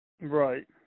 Right